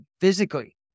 physically